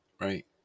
Right